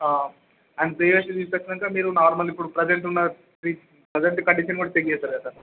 ఆ and previous తీసుకువచ్చాక మీరు నార్మల్ ఇప్పుడు ప్రెసెంట్ ఉన్న ప్రెసెంట్ కండిషన్ కూడా చెక్ చేస్తారు కదా సార్